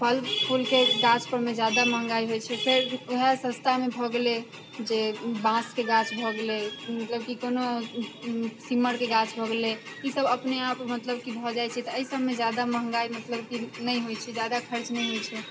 फल फूलके गाछ परमे जादा महँगाइ होइत छै फेर ओहए सस्तामे भऽ गेलै जे बाँसके गाछ भऽ गेलै मतलब कि कोनो सिम्मरके गाछ भऽ गेलै ई सब अपनेआप मतलब कि भऽ जाइत छै तऽ एहि सबमे जादा महँगाइ मतलब कि नहि होइत छै जादा खर्च नहि होइत छै